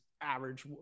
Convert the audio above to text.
average